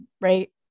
right